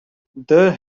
there